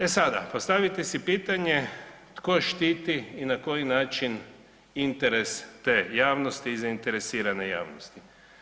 E sada, postavite si pitanje ko štiti i na koji način interes te javnosti i zainteresirane javnosti.